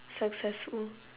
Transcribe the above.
successful